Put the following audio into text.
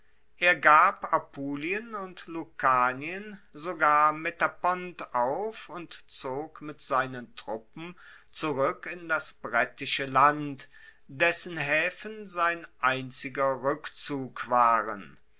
er gab apulien und lucanien sogar metapont auf und zog mit seinen truppen zurueck in das brettische land dessen haefen sein einziger rueckzug waren